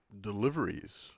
deliveries